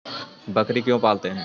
बकरी क्यों पालते है?